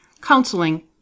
counseling